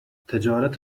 تجارت